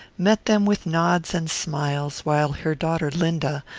met them with nods and smiles, while her daughter linda,